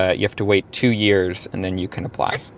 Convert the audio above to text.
ah you have to wait two years and then you can apply